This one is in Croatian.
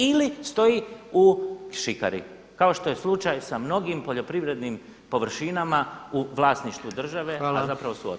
Ili stoji u šikari kao što je slučaj sa mnogim poljoprivrednim površinama u vlasništvu države, a zapravo su otete.